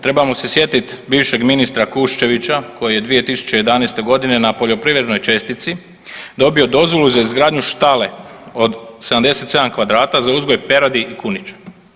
Trebamo se sjetiti bivšeg ministra Kuščevića koji je 2011. g. na poljoprivrednoj čestici dobio dozvolu za izgradnju štale od 77 kvadrata za uzgoj peradi i kunića.